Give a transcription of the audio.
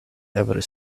ever